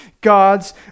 God's